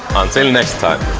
until next time!